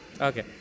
Okay